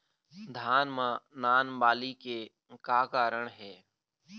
धान म नान बाली के का कारण हे?